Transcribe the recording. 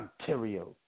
Ontario